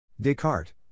Descartes